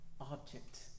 object